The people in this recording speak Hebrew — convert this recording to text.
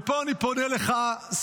ופה אני פונה אליך,